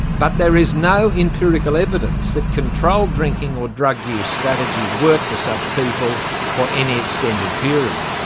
but there is no empirical evidence that controlled drinking or drug-usage strategies work for such people for any extended period.